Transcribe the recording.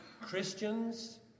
Christians